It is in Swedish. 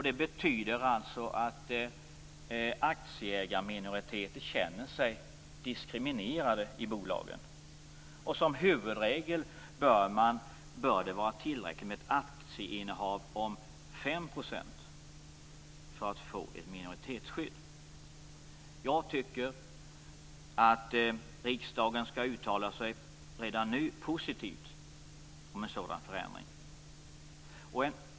Det betyder alltså att aktieägarminoriteter känner sig diskriminerade i bolagen. Som huvudregel bör det vara tillräckligt med ett aktieinnehav på 5 % för att få ett minoritetsskydd. Jag tycker att riksdagen redan nu skall uttala sig positivt för en sådan förändring.